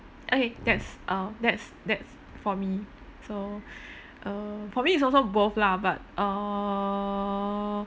okay that's uh that's that's for me so uh for me it's also both lah but err